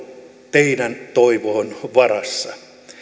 teidän toivonne varassa